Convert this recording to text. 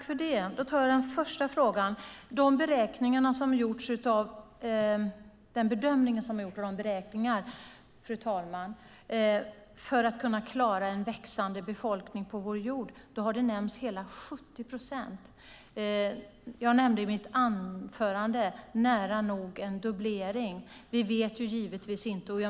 Fru talman! I den bedömning som har gjorts av beräkningarna för att klara en växande befolkning på vår jord har nämnts hela 70 procent. Jag nämnde i mitt anförande en nära nog dubblering. Vi vet givetvis inte.